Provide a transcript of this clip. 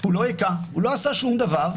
הוא לא היכה, הוא לא עשה שום דבר,